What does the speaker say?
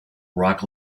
rock